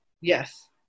Yes